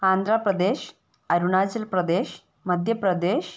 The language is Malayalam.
ആന്ധ്രാപ്രദേശ് അരുണാചൽപ്രദേശ് മദ്ധ്യപ്രദേശ്